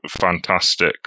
fantastic